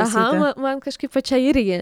aha man man kažkaip pačiai irgi